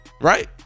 Right